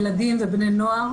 ילדים ובני נוער,